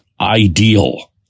ideal